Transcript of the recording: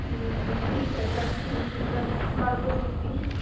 ठीक है thank you sir कर दो बुकिंग